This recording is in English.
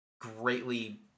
Greatly